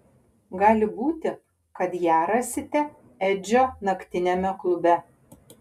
gali būti kad ją rasite edžio naktiniame klube